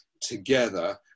together